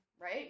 right